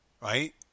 right